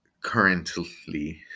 currently